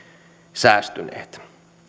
säästyneet